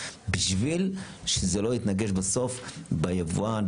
בשביל שזה לא יתנגש בסוף ביבואן,